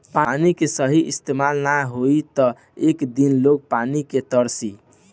पानी के सही इस्तमाल ना होई त एक दिन लोग पानी के तरसी